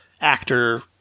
actor